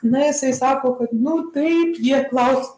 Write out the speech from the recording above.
na jisai sako kad nu taip jie klaus